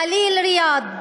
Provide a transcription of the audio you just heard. ח'ליל ראאד,